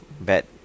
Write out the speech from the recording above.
bad